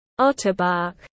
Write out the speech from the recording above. Otterbach